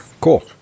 Cool